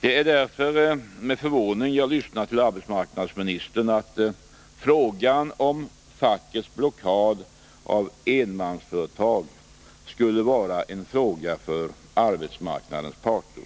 Det är därför med förvåning jag lyssnar till arbetsmarknadsministern, när han säger att frågan om fackets blockad mot enmansföretag skulle vara en fråga för arbetsmarknadens parter.